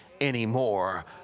anymore